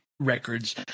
records